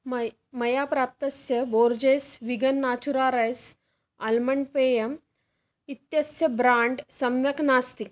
मया मया प्राप्तस्य Borges vegan natura rice almond पेयम् इत्यस्य ब्राण्ड् सम्यक् नास्ति